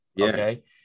Okay